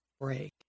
break